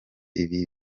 ibi